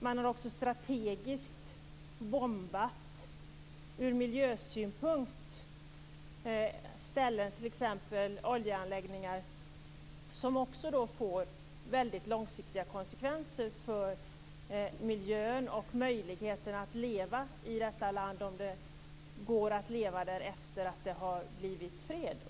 Man har också strategiskt bombat t.ex. oljeanläggningar, som ur miljösynpunkt också får väldigt långsiktiga konsekvenser för miljön och för möjligheterna att leva i detta land, om det går att leva där, efter att det har blivit fred.